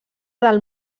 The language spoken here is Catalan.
del